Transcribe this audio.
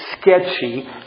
sketchy